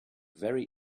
very